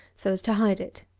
so as to hide it.